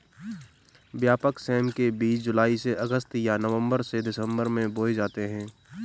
व्यापक सेम के बीज जुलाई से अगस्त या नवंबर से दिसंबर में बोए जाते हैं